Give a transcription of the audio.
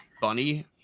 bunny